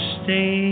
stay